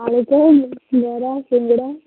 ଆଳୁ ଚପ୍ ବରା ସିଙ୍ଗଡ଼ା